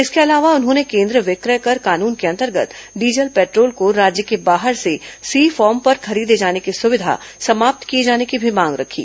इसके अलावा उन्होंने केंद्रीय विक्रय कर कानून के अंतर्गत डीजल पेट्रोल को राज्य के बाहर से सी फॉर्म पर खरीदे जाने की सुविधा समाप्त किए जाने की भी मांग रखी